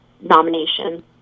nomination